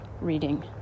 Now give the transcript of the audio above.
reading